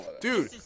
Dude